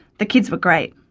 the kids were great.